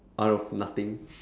out of nothing